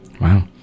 Wow